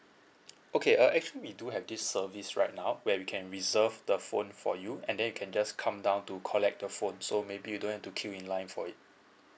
okay uh actually we do have this service right now where we can reserve the phone for you and then you can just come down to collect the phone so maybe you don't have to queue in line for it